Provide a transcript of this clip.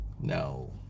no